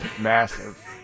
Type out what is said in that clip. Massive